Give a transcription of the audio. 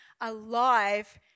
alive